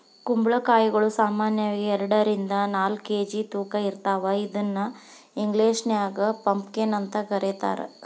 ಕುಂಬಳಕಾಯಿಗಳು ಸಾಮಾನ್ಯವಾಗಿ ಎರಡರಿಂದ ನಾಲ್ಕ್ ಕೆ.ಜಿ ತೂಕ ಇರ್ತಾವ ಇದನ್ನ ಇಂಗ್ಲೇಷನ್ಯಾಗ ಪಂಪಕೇನ್ ಅಂತ ಕರೇತಾರ